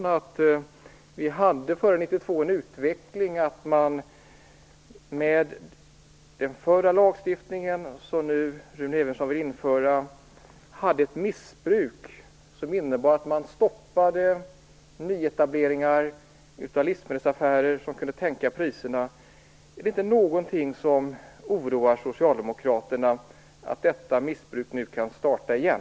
Vi hade före 1992 en utveckling som innebar att man med den tidigare lagstiftningen - som Rune Evensson nu vill återinföra - hade ett missbruk som innebar att man stoppade nyetableringar av livsmedelsaffärer som kunde sänka priserna. Är det inte någonting som oroar socialdemokraterna att detta missbruk nu kan starta igen?